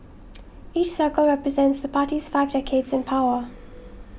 each circle represents the party's five decades in power